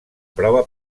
prova